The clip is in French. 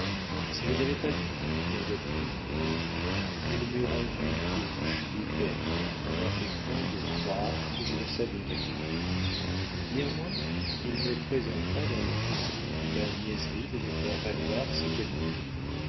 si je n'avais pas eu pour point d'appui mon amour il m'eût rendu gauche et bête en affectant de croire que je ne savais rien néanmoins il me présenta dans le monde où ma niaiserie devait faire valoir ses qualités